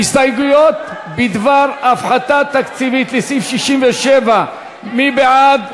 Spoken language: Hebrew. הסתייגויות בדבר הפחתה תקציבית לסעיף 67, מי בעד?